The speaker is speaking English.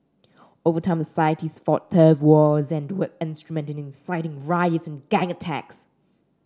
over time the societies fought turf wars and were instrumental in inciting riots and gang attacks